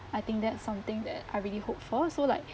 I think that's something that I really hope for so like